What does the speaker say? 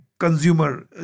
consumer